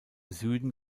süden